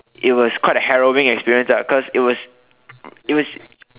it was quite a harrowing experience ah cause it was it was